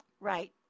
right